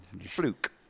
Fluke